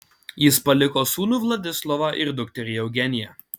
jis paliko sūnų vladislovą ir dukterį eugeniją